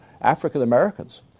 African-Americans